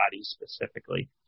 specifically